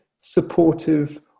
supportive